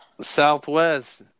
Southwest